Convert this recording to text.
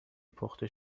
پخته